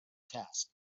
task